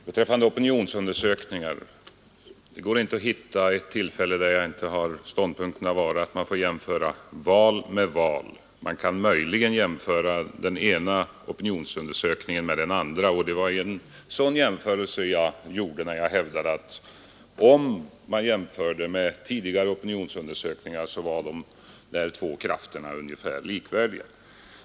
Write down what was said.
Herr talman! Beträffande opinionsundersökningar vill jag säga följande. Det går inte att hitta ett tillfälle där inte min ståndpunkt har varit att man får jämföra val med val och att man möjligen kan jämföra den ena opinionsundersökningen med den andra. Det var också det jag gjorde när jag hävdade att en jämförelse med tidigare opinionsundersökningar skulle visa att de där två krafterna var ungefär likvärdiga.